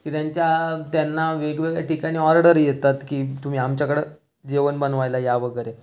की त्यांच्या त्यांना वेगवेगळ्या ठिकाणी ऑर्डरी येतात की तुम्ही आमच्याकडं जेवन बनवायला या वगेरे